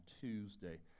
Tuesday